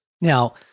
Now